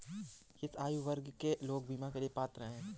किस आयु वर्ग के लोग बीमा के लिए पात्र हैं?